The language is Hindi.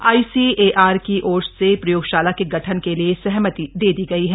आईसीएआर की ओर से प्रयोगशाला के गठन के लिये सहमति दे दी गयी है